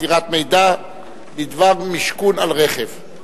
מסירת מידע בדבר משכון על רכב.